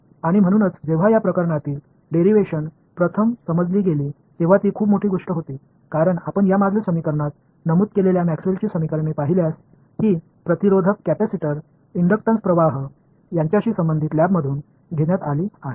आणि म्हणूनच जेव्हा या प्रकारातील डेरीव्हेशन प्रथम समजली गेली तेव्हा ती खूप मोठी गोष्ट होती कारण आपण या मागील समीकरणात नमूद केलेल्या मॅक्सवेलची समीकरणे पाहिल्यास ही प्रतिरोधक कॅपेसिटर इंडक्टन्स प्रवाह यांच्याशी संबंधित लॅबमधून घेण्यात आली आहेत